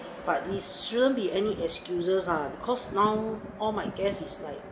but it shouldn't be any excuses ah because now all my guest is like